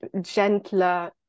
gentler